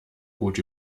gut